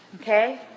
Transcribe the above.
okay